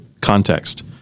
context